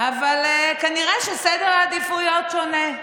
אבל כנראה שסדר העדיפויות שונה.